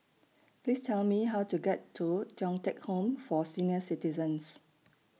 Please Tell Me How to get to Thong Teck Home For Senior Citizens